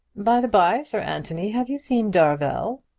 by the by, sir anthony, have you seen darvel?